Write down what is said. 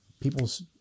people's